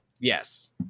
Yes